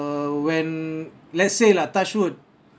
err when let's say lah touch wood